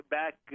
back